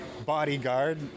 bodyguard